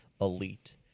elite